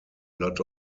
lot